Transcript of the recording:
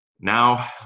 Now